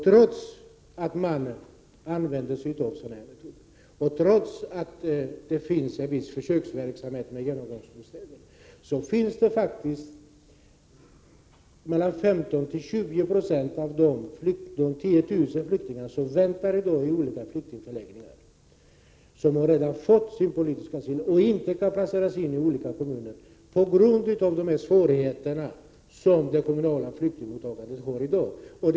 Trots att man använder dessa metoder och trots att det finns en viss försöksverksamhet med genomgångsbostäder så väntar i dag mellan 15 och 20 96 av de 10 000 flyktingarna i olika flyktingförläggningar. De har redan fått politisk asyl men kan inte placeras in i olika kommuner på grund av de svårigheter som det kommunala flyktingmottagandet brottas med.